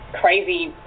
crazy